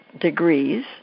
degrees